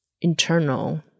internal